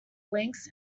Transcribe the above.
links